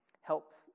helps